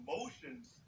emotions